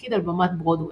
התפקיד על במת ברודוויי.